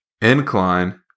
incline